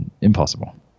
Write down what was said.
impossible